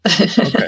Okay